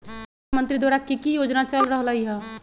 प्रधानमंत्री द्वारा की की योजना चल रहलई ह?